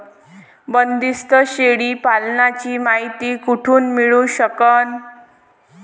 बंदीस्त शेळी पालनाची मायती कुठून मिळू सकन?